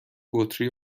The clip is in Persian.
بطری